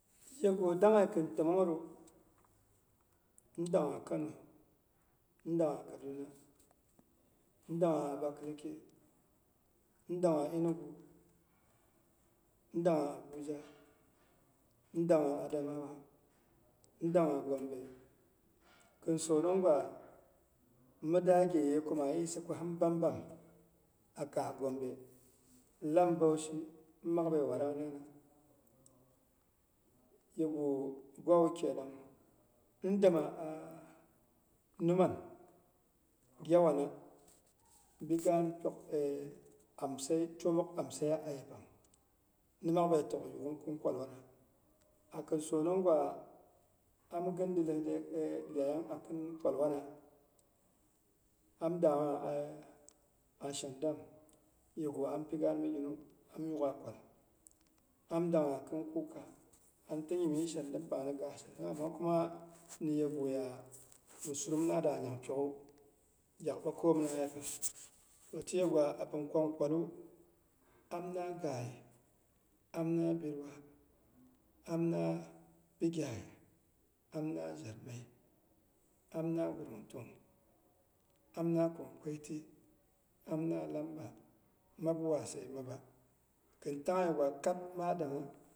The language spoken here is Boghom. Yegu danghe kin təmongheru ndangha kano ndangha kaduna, ndangha abuja, ndangha adamawa, ndangha gombe. Kin sononggwa mida gheyei maa yisa ko hin bambam a kaa gombe, lam baushi mi makbei warang nyina. Yegu gwawu kenang, ndema a numan gyewana bi gaan twomok amseiya a yepang, ni makbei tokyuugh kin kwal wana. Akin sonongwa am gɨnnide eh kɨn kwal wana, am dangha a shendam, yegu ampi gaan miginu am yuukgah kwal, am dangha kin kuka aniti nyimnyim shendam pang ni kaa shendam am myegu ya mi surrim nada nyang pyok'gwu. Gyak sa 2akaiyomna yepang. Toh tiyegwa abin kon kwalu, am da ghai, am na birwa, am na bigyai, am na jarmai, am na gurum tung am na khinkweiti, am na lamba, mi wase mapba. Kɨntang yegwa kab ma dangha.